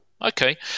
Okay